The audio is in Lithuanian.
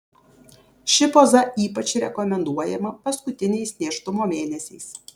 ši poza ypač rekomenduojama paskutiniais nėštumo mėnesiais